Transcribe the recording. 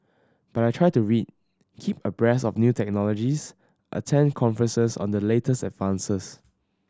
but I try to read keep abreast of new technologies attend conferences on the latest advances